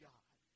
God